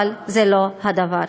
אבל זה לא הדבר.